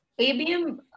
ABM